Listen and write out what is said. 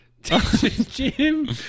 Jim